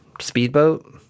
speedboat